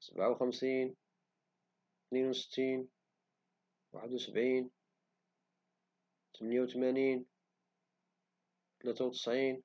سبعة وخمسين تنين وستين واحد وسبعين تمانية وتمانين ثلاثة وتسعين